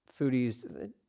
foodies